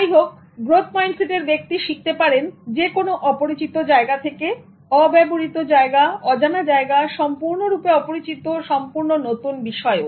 যাইহোক গ্রোথ মাইন্ডসেটের ব্যক্তি শিখতে পারেন যে কোনো অপরিচিত জায়গা থেকে অব্যবহৃত জায়গা অজানা জায়গা সম্পূর্ণরূপে অপরিচিত সম্পূর্ণ নতুন বিষয়ও